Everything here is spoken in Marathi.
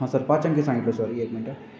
हां सर पाच अंकी सांगितलं सर एक मिनटं